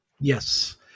Yes